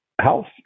house